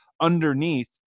underneath